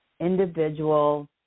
individual